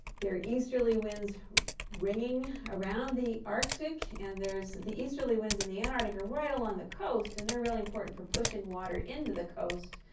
there are easterly winds ringing around the arctic. and the easterly winds in the antarctica are right along the coast. and they're really important for pushing water into the coast.